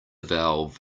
valve